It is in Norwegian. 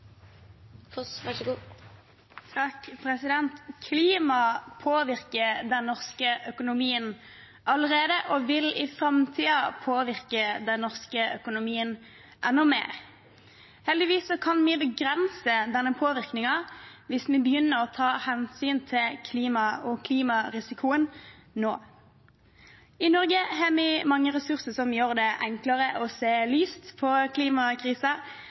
Klimaet påvirker den norske økonomien allerede og vil i framtiden påvirke den norske økonomien enda mer. Heldigvis kan vi begrense denne påvirkningen hvis vi begynner å ta hensyn til klimaet og klimarisikoen nå. I Norge har vi mange ressurser som gjør det enklere å se lyst på